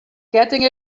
getting